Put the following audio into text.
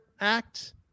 act